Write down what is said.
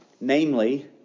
namely